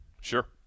Sure